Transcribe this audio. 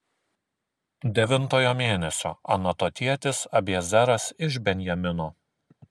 devintojo mėnesio anatotietis abiezeras iš benjamino